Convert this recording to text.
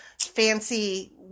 fancy